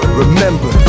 remember